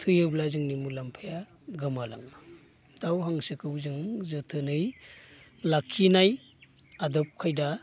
थैयोब्ला जोंनि मुलामफाया गोमालाङो दाउ हांसोखौ जों जोथोनै लाखिनाय आदब खायदा